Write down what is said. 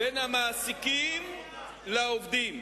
בין המעסיקים לבין העובדים.